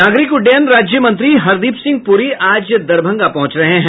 नागरिक उड्डयन राज्य मंत्री हरदीप सिंह पुरी आज दरभंगा पहुंच रहे हैं